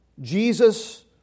Jesus